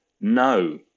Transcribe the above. no